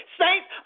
saints